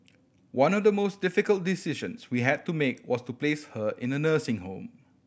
one of the most difficult decisions we had to make was to place her in a nursing home